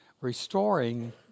restoring